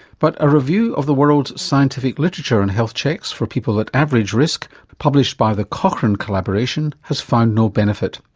but a review of the world's scientific literature on health checks for people at average risk, published by the cochrane collaboration, has found no benefit.